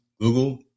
Google